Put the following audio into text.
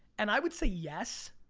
and i would say yes